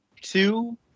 Two